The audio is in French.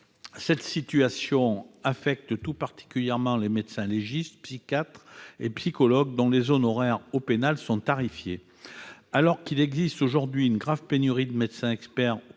Cette situation affecte tout particulièrement les médecins légistes, les psychiatres et les psychologues, dont les honoraires au pénal sont tarifés. À l'heure où l'on constate une grave pénurie de médecins experts